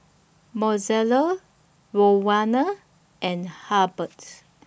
Mozelle Rowena and Hurbert